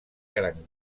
gran